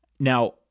Now